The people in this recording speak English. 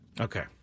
Okay